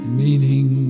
meaning